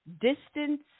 Distance